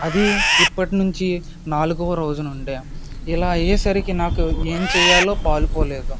అది ఎప్పటి నుంచి నాలుగవ రోజు నుండే ఇలా అయ్యేసరికి నాకు ఏమి చెయ్యాలో పాలుపోలేదు